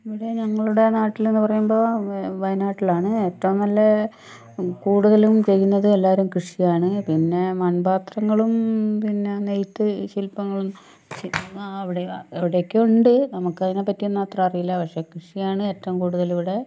ഇവിടെ ഞങ്ങളുടെ നാട്ടിലെന്നു പറയുമ്പോൾ വായനാട്ടിലാണ് ഏറ്റവും നല്ല കൂടുതലും ചെയ്യുന്നത് എല്ലാവരും കൃഷിയാണ് പിന്നെ മൺപാത്രങ്ങളും പിന്നെ നെയ്ത്ത് ശില്പങ്ങളും അവിടെ എവിടെയൊക്കെയോ ഉണ്ട് നമുക്ക് അതിനെ പറ്റിയൊന്നും അത്ര അറിയില്ല പക്ഷെ കൃഷിയാണ് ഏറ്റവും കൂടുതലിവിടെ